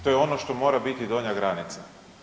To je ono što mora biti donja granica.